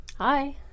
Hi